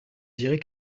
dirait